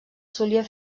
solia